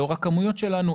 לאור הכמויות שלנו,